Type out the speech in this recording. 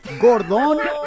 Gordon